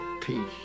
peace